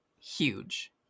huge